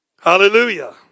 Hallelujah